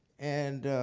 and